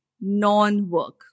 non-work